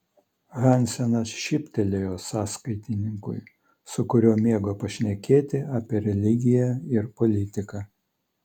hansenas šyptelėjo sąskaitininkui su kuriuo mėgo pašnekėti apie religiją ir politiką